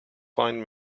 find